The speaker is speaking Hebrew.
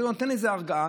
וזה נותן איזו הרגעה,